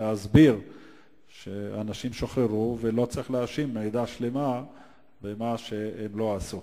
להסביר שהאנשים שוחררו ולא צריך להאשים עדה שלמה במה שהם לא עשו.